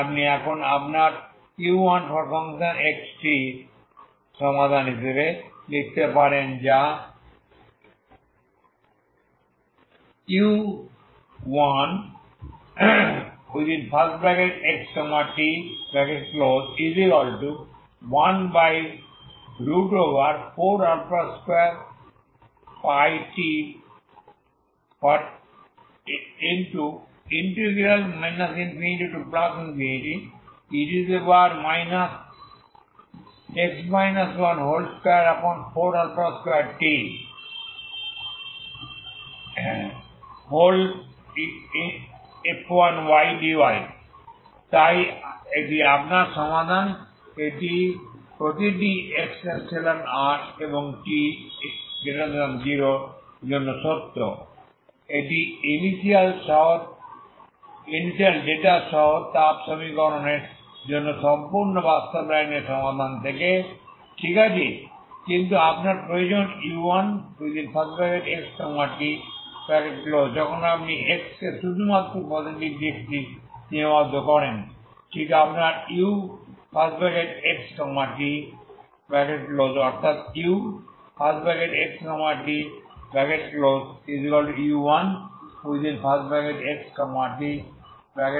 তাই আপনি এখন আপনার u1xtসমাধান হিসাবে লিখতে পারেন যা u1xt14α2πt ∞e 242tf1dy তাই এটি আপনার সমাধান এটি প্রতিটি x∈R এবং t 0 এর জন্য সত্য এটি এই ইনিশিয়াল ডেটা সহ তাপ সমীকরণের জন্য সম্পূর্ণ বাস্তব লাইনের সমাধান থেকে ঠিক আছে কিন্তু আপনার প্রয়োজন u1xtযখন আপনি x কে শুধুমাত্র পজিটিভ দিকটি সীমাবদ্ধ করেন ঠিক আপনার uxtঅর্থাৎ uxtu1xt